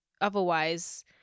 otherwise